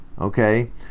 okay